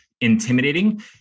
intimidating